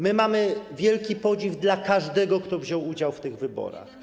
My mamy wielki podziw dla każdego, kto wziął udział w tych wyborach.